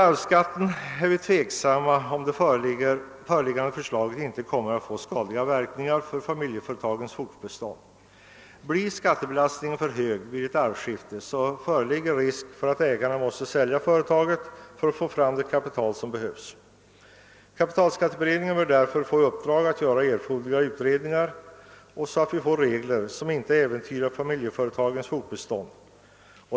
Vi ställer oss tveksamma till om inte det föreliggande förslaget beträffande arvysskatt kommer att få skadliga verkningar för familjeföretagens fortbestånd. Blir skattebelastningen för stor vid ett arvsskifte föreligger risk för att arvingarna måste sälja för att få fram det kapital som behövs till skatten. Kapitalskatteberedningen bör därför få i uppdrag att göra erforderliga utredningar så att vi får fram regler som inte äventyrar familjeföretagens fortbestånd.